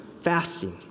fasting